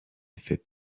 effets